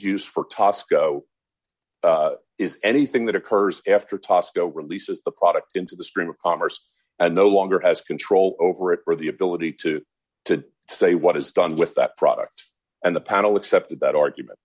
use for tasco is anything that occurs after tasco releases the product into the stream of commerce and no longer has control over it or the ability to to say what is done with that product and the panel accepted that argument